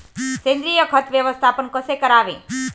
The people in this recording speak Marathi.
सेंद्रिय खत व्यवस्थापन कसे करावे?